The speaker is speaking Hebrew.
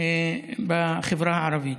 בחברה הערבית.